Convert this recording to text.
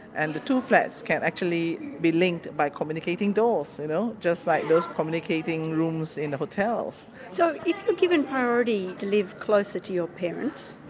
and the two flats can actually be linked by communicating doors, you know, just like those communicating rooms in the hotels. so if they're ah given priority to live close to your parents,